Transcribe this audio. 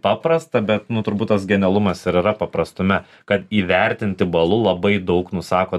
paprasta bet nu turbūt tas genialumas ir yra paprastume kad įvertinti balu labai daug nusako